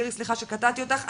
איריס, סליחה שקטעתי אותך.